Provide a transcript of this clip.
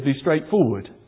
straightforward